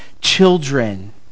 children